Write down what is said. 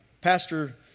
Pastor